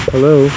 Hello